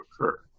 occur